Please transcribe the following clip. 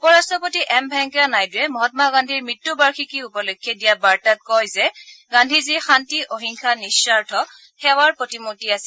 উপ ৰাট্টপতি এম ভেংকায়া নাইডুৱে মহামা গান্ধীৰ মৃত্যু বাৰ্ষিকী উপলক্ষে দিয়া বাৰ্তাত কয় যে গান্ধীজী শান্তি অহিংসা আৰু নিঃস্বাৰ্থ সেৱাৰ প্ৰতিমূৰ্তি আছিল